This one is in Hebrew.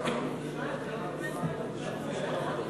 חוק ומשפט בעניין הכרזה על מצב חירום נתקבלה.